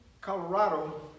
Colorado